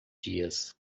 dias